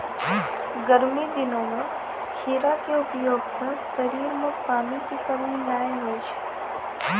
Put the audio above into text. गर्मी दिनों मॅ खीरा के उपयोग सॅ शरीर मॅ पानी के कमी नाय होय छै